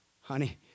Honey